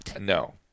No